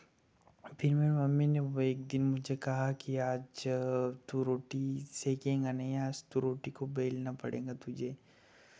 फिर मेरी मम्मी ने वो एक दिन मुझे कहा कि आज तू रोटी सेकेगा नहीं आज तो रोटी को बेलना पड़ेगा तुझे